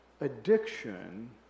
addiction